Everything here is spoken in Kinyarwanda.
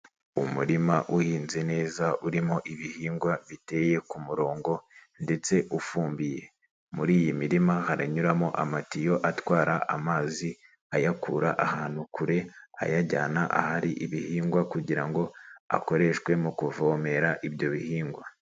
Umurima uhinze neza urimo ibihingwa biteye ku murongo ndetse ufumbiye, muri iyi mirima haranyuramo amatiyo atwara amazi ayakura ahantu kure ayajyana ahari ibihingwa kugira ngo akoreshwe mu kuvomera ibyo bihingwa.